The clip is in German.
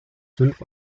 fünf